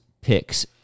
picks